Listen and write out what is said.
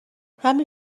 همین